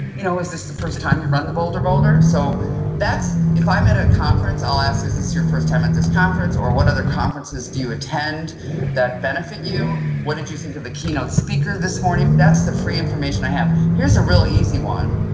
you know is this the first time you've run the boulder boulder? so if i'm at a conference, i'll ask is this your first time at this conference or what other conferences do you attend that benefit you? what did you think of the keynote speaker this morning? that's the free information i have. here's a real easy one,